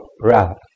breath